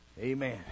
Amen